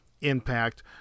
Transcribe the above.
impact